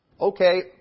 Okay